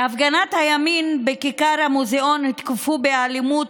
בהפגנת הימין בכיכר המוזיאון הותקפו באלימות